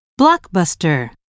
blockbuster